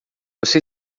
você